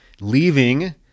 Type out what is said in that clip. leaving